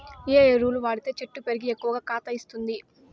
ఏ ఎరువులు వాడితే చెట్టు పెరిగి ఎక్కువగా కాత ఇస్తుంది?